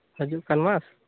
ᱦᱤᱡᱩᱜ ᱠᱟᱱ ᱢᱟᱥ